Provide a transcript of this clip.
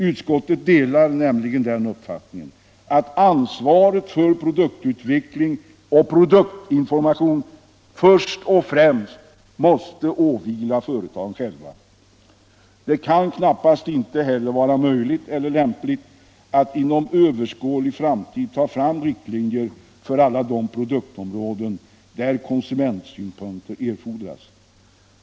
Utskottet delar handelsministerns uppfattning att ansvaret för produktutveckling och produktinformation först och främst måste åvila företagen själva. Det kan knappast heller vara möjligt eller lämpligt att inom överskådlig framtid ta fram riktlinjer för alla de produktområden där konsumentsynpunkter erfordras.